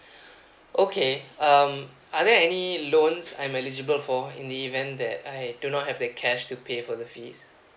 okay um are there any loans I'm eligible for in the event that I do not have the cash to pay for the fees